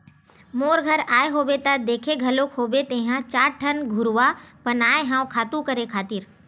मोर घर आए होबे त देखे घलोक होबे तेंहा चार ठन घुरूवा बनाए हव खातू करे खातिर